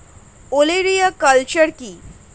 ওলেরিয়া কালচার কি?